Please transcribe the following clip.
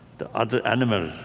the other animals,